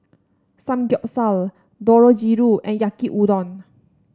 Samgyeopsal Dangojiru and Yaki Udon